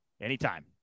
anytime